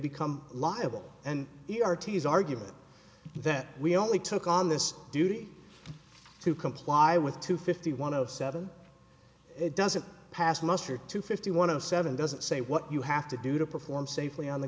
become liable and e r t's argument that we only took on this duty to comply with two fifty one of seven it doesn't pass muster to fifty one of seven doesn't say what you have to do to perform safely on the